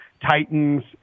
Titans